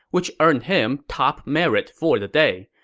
which earned him top merit for the day.